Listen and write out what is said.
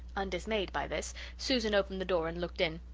undismayed by this, susan opened the door and looked in.